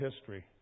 history